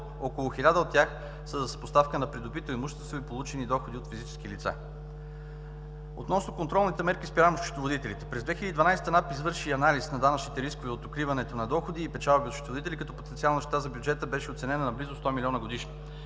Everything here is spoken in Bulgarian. около 1000 от тях са за съпоставка на придобито имущество и получени доходи от физически лица. Относно контролните мерки спрямо счетоводителите. През 2012 НАП извърши анализ на данъчните рискове от укриването на доходи и печалби от счетоводители, като потенциалната щета за бюджета беше оценена на близо 100 милиона годишно.